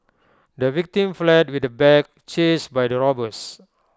the victim fled with the bag chased by the robbers